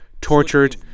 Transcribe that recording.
tortured